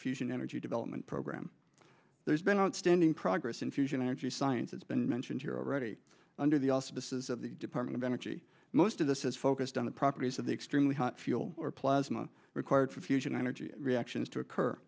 fusion energy development program there's been outstanding progress in fusion energy science it's been mentioned here already under the auspices of the department of energy most of this is focused on the properties of the extremely hot fuel or plasma required for fusion energy reactions to occur